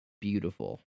beautiful